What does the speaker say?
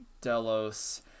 delos